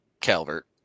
Calvert